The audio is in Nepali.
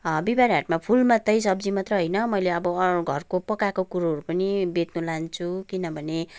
बिहिवारे हाटमा फुल मात्रै सब्जी मात्रै होइन मैले अब घरको पकाएको कुरोहरू पनि बेच्नु लान्छु किनभने